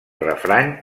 refrany